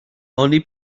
oni